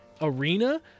arena